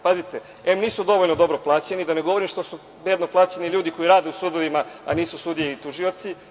Pazite, em nisu dovoljno dobro plaćeni, da ne govorim da su bedno plaćeni ljudi koji rade u sudovima, a nisu sudije i tužioci.